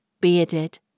bearded